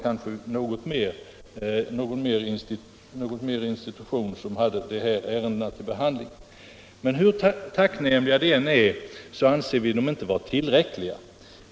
Kanske ytterligare någon institution har dessa ärenden till behandling. Hur tacknämligt det än är att dessa utredningar kommit till anser vi dem inte tillräckliga.